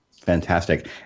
Fantastic